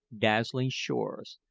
dazzling shores,